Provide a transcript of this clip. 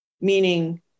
meaning